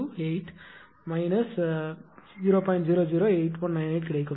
008198 கிடைக்கும்